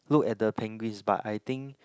look at the penguins but I think